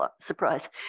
surprise